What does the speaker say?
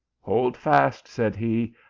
hold fast, said he,